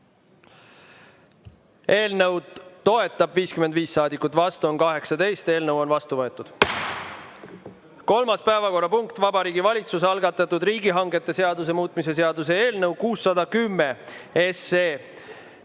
Eelnõu toetab 55 saadikut, vastu on 18. Eelnõu on vastu võetud. Kolmas päevakorrapunkt: Vabariigi Valitsuse algatatud riigihangete seaduse muutmise seaduse eelnõu 610,